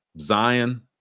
Zion